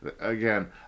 again